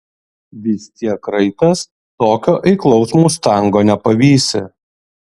vis tiek raitas tokio eiklaus mustango nepavysi